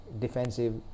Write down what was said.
defensive